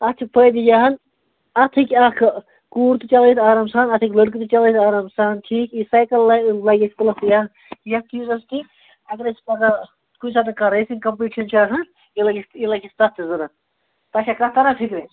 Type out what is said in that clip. اَتھ چھِ فٲیدٕ یِہَن اَتھ ہیٚکہِ اَکھ کوٗر تہِ چَلٲوِتھ آرام سان اَتھ ہیٚکہِ لٔڑکہٕ تہِ چَلٲوِتھ آرام سان ٹھیٖک یہِ سایکَل لَگہِ پُلَس یتھ یَتھ چیٖزَس تہِ اگر أسۍ پَگاہ کُنہِ ساتہٕ کانٛہہ ریسِنٛگ کَمپِٹِشَن چھِ آسان یہِ لَگہِ اَسہِ یہِ لَگہِ اَسہِ تَتھ تہِ ضروٗرت تۄہہِ چھا کَتھ تَران فِکرِ